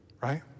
right